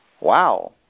wow